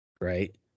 right